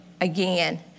again